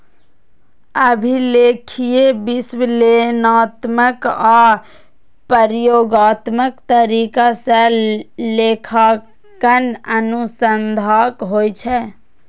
अभिलेखीय, विश्लेषणात्मक आ प्रयोगात्मक तरीका सं लेखांकन अनुसंधानक होइ छै